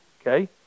Okay